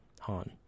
Han